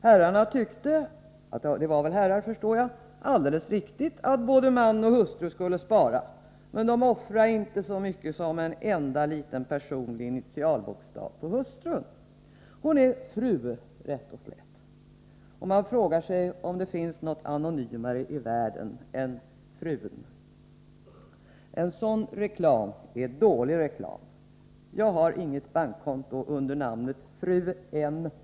Herrarna tyckte — det var väl herrar, förstår jag — alldeles riktigt att både man och hustru skulle spara, men de offrade inte så mycket som en enda liten personlig initialbokstav på hustrun. Hon är ”fru” rätt och slätt, och man frågar sig om det finns något anonymare i världen än ”frun”. En sådan reklam är dålig reklam. Jag har inget bankkonto under namnet fru N.